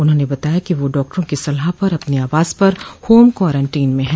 उन्होंने बताया कि वह डॉक्टरों की सलाह पर अपने आवास पर होम क्वारंटीन हैं